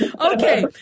Okay